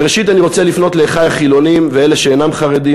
ראשית אני רוצה לפנות לאחי החילונים ואלה שאינם חרדים,